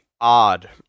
odd